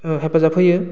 हेफाजाब होयो